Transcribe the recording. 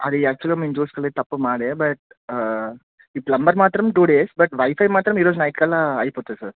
అది యాక్చువగా మేము చూసుకోలేదు తప్పు మాదే బట్ ఈ ప్లంబర్ మాత్రం టూ డేస్ బట్ వైఫై మాత్రం ఈ రోజు నైట్ కల్లా అయిపోతుంది సార్